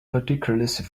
ludicrously